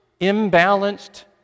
imbalanced